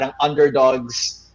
underdogs